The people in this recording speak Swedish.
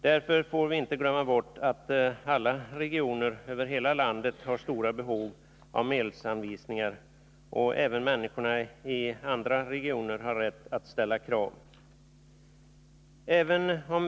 Därför får vi inte glömma bort att alla regioner över hela landet har stora behov av medelsanvisningar, och även människorna i andra regioner har rätt att ställa krav.